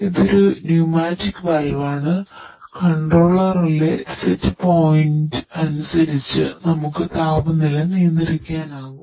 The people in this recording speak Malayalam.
ഇതൊരു ന്യൂമാറ്റിക് വാൽവാണ് സെറ്റ് പോയിന്റ് അനുസരിച്ച് നമുക്ക് താപനില നിയന്ത്രിക്കാനാകും